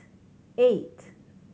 eight